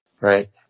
Right